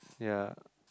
ya